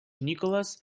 nicholas